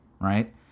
right